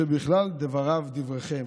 שבכלל דבריו דבריכם".